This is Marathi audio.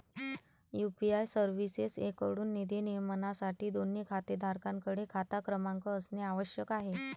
यू.पी.आय सर्व्हिसेसएकडून निधी नियमनासाठी, दोन्ही खातेधारकांकडे खाता क्रमांक असणे आवश्यक आहे